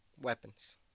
Weapons